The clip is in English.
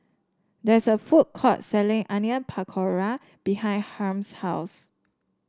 there is a food court selling Onion Pakora behind Harm's house